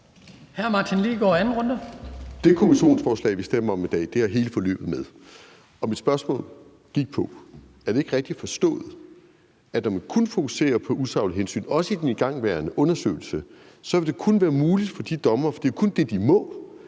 17:49 Martin Lidegaard (RV): Det kommissionsforslag, vi stemmer om i dag, har hele forløbet med. Mit spørgsmål gik på, om det ikke er rigtigt forstået, at når man kun fokuserer på usaglige hensyn, også i den igangværende undersøgelse, vil det kun være muligt for de dommere – for det er kun det, de må